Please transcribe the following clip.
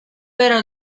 pero